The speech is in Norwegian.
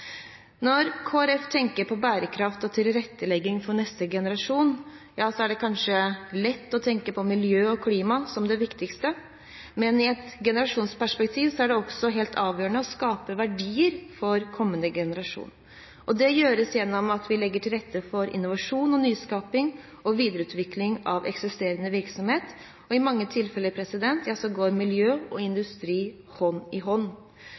Når Kristelig Folkeparti tenker på bærekraft og tilrettelegging for neste generasjon, er det kanskje lett å tenke på miljø og klima som det viktigste, men i et generasjonsperspektiv er det også helt avgjørende å skape verdier for kommende generasjoner. Det gjøres gjennom at vi legger til rette for innovasjon og nyskaping og videreutvikling av eksisterende virksomhet. I mange tilfeller går miljø og industri hånd i hånd.